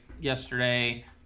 yesterday